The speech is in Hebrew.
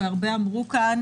והרבה אמרו כאן: